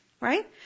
Right